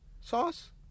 sauce